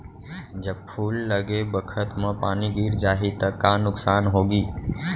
जब फूल लगे बखत म पानी गिर जाही त का नुकसान होगी?